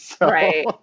Right